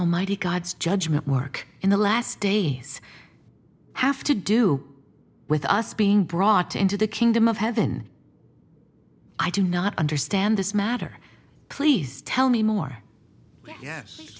almighty god's judgment work in the last days have to do with us being brought into the kingdom of heaven i do not understand this matter please tell me more yes